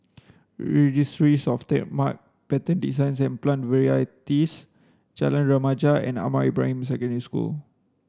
Registries Of Trademark Patents Designs and Plant Varieties Jalan Remaja and Ahmad Ibrahim Secondary School